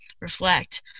reflect